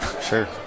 sure